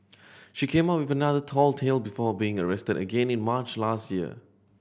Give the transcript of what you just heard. she came up another tall tale before being arrested again in March last year